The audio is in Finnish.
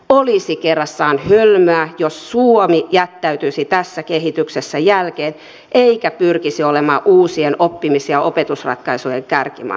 olisi kerrassaan hölmöä jos suomi jättäytyisi tässä kehityksessä jälkeen eikä pyrkisi olemaan uusien oppimis ja opetusratkaisujen kärkimaa